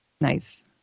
nice